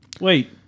wait